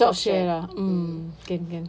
stop share lah mm can can